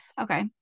okay